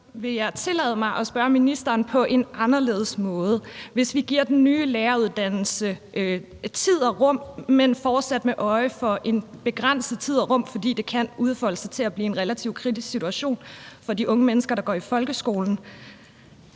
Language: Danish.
vil jeg tillade mig at spørge ministeren på en anderledes måde. Antag, at vi giver den nye læreruddannelse tid og rum, men fortsat har øje for, at det er i begrænset tid og rum – for det kan udfolde sig til at blive en relativt kritisk situation for de unge mennesker, der går i folkeskolen